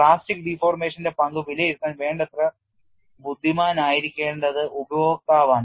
plastic deformation ന്റെ പങ്ക് വിലയിരുത്താൻ വേണ്ടത്ര ബുദ്ധിമാനായിരിക്കേണ്ടത് ഉപയോക്താവാണ്